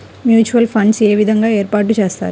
Mutual funds ఏ విధంగా ఏర్పాటు చేస్తారు?